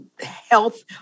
health